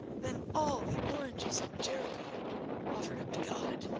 than all the oranges of jericho offered up to god.